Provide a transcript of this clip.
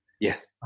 Yes